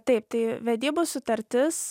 taip tai vedybų sutartis